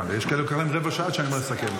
יש כאלה שמקבלים רבע שעה עד שבאים לסכם.